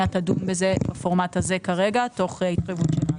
תדון בזה בפורמט הזה כרגע תוך התחייבות שלנו.